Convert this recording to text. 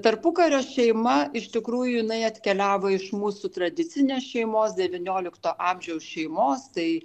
tarpukario šeima iš tikrųjų jinai atkeliavo iš mūsų tradicinės šeimos devyniolikto amžiaus šeimos tai